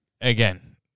again